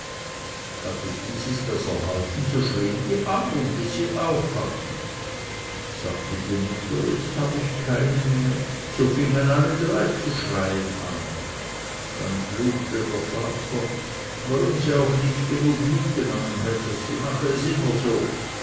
hatte dieses das erhalten so schrien die andern bis sie auch hatten sagte die mutter jetzt hab ich keine mehr so fingen alle drei zu schreien an dann fluchte der vater warum sie auch nicht genug mitgenommen hätte sie mache es immer so